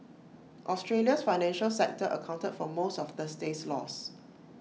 Australia's financial sector accounted for most of Thursday's loss